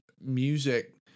music